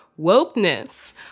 wokeness